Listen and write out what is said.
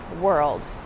world